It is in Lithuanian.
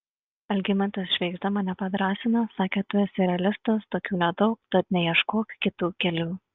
algimantas švėgžda mane padrąsino sakė tu esi realistas tokių nedaug tad neieškok kitų kelių